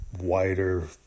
wider